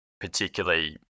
particularly